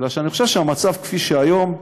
כי אני חושב שהמצב כפי שהוא היום,